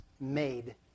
made